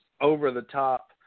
over-the-top